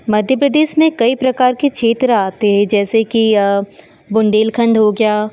मध्य प्रदेश में कई प्रकार के क्षेत्र आते हैं जैसे कि बुंदेलखंड हो गया